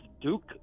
Duke